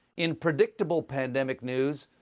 in predictable pandemic news,